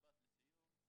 משפט לסיום.